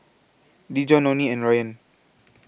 Dejon Nonie and Ryann